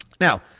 Now